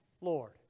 Lord